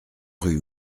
rue